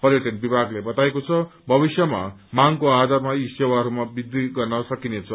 पर्यटन विभागले बताएको छ भविष्यमा मांगेको आधारमा यी सेवाहरूमा वृद्धि गर्न सकिन्छ